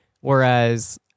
whereas